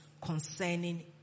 concerning